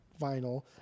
vinyl